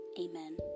Amen